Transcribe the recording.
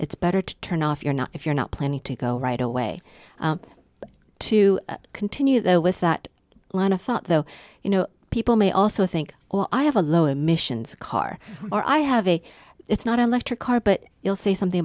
it's better to turn off your not if you're not planning to go right away to continue though with that line of thought though you know people may also think well i have a low emissions car or i have a it's not electric car but you'll say something